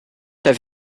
have